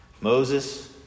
Moses